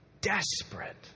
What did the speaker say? desperate